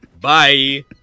Bye